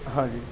ہاں جی